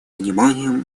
внимания